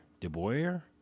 DeBoer